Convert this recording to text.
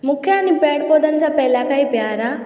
मूंखे यानी पेड़ पौधनि सां पहिला खां ई प्यार आहे